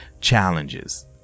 challenges